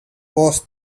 was